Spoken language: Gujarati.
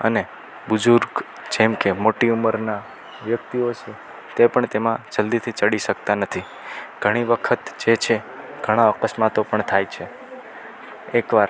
અને બુઝુર્ગ જેમ કે મોટી ઉંમરના વ્યક્તિઓ છે તે પણ તેમાં જલ્દીથી ચડી શકતા નથી ઘણી વખત જે છે ઘણા અકસ્માતો પણ થાય છે એકવાર